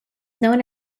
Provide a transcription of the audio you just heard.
known